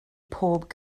pob